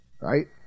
Right